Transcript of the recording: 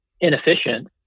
inefficient